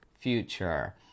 future